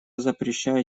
запрещаю